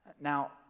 Now